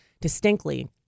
distinctly